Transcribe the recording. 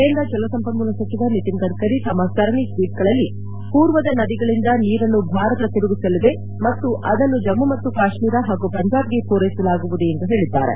ಕೇಂದ್ರ ಜಲಸಂಪನ್ಮೂಲ ಸಚಿವ ನಿತಿನ್ ಗಡ್ಕರಿ ತಮ್ಮ ಸರಣಿ ಟ್ವೀಟ್ಗಳಲ್ಲಿ ಪೂರ್ವದ ನದಿಗಳಿಂದ ನೀರನ್ನು ಭಾರತ ತಿರುಗಿಸಲಿದೆ ಮತ್ತು ಅದನ್ನು ಜಮ್ಮು ಮತ್ತು ಕಾಶ್ಟೀರ ಹಾಗೂ ಪಂಜಾಬ್ಗೆ ಪೂರೈಸಲಾಗುವುದು ಎಂದು ಹೇಳಿದ್ದಾರೆ